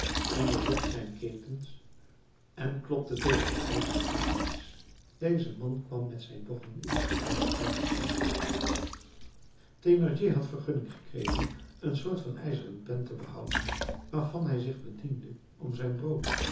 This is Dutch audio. onderzocht zijn ketens en klopte tegen de ijzeren tralies deze man kwam met zijn doggen insgelijks tweemaal s nachts thénardier had vergunning gekregen een soort van ijzeren pen te behouden waarvan hij zich bediende om zijn brood